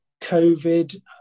COVID